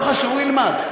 לא חשוב, הוא ילמד.